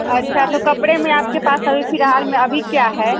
अच्छा तो कपड़े में आपके पास अभी फ़िलहाल में अभी क्या है